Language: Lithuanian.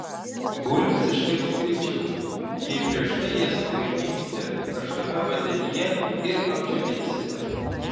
bulvės iškeps greičiau jei prieš tai jas palaikysite karštame vandenyje ir apdžiovinsite